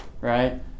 right